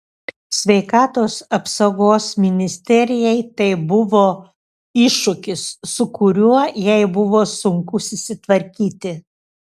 sveikatos apsaugos ministerijai tai buvo iššūkis su kuriuo jai buvo sunku susitvarkyti